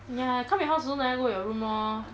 ya I come your house also never go your room lor